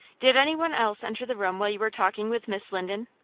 did anyone else enter the room while you were talking with miss linden?